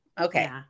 Okay